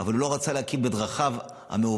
אבל הוא לא רצה להקים בדרכיו המעוותים,